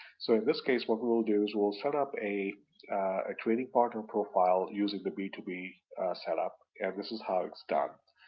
so in this case, what we will do is we'll set up a trading partner profile using the b two b setup, and this is how it's done.